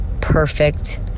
perfect